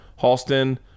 Halston